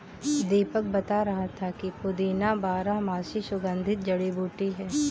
दीपक बता रहा था कि पुदीना बारहमासी सुगंधित जड़ी बूटी है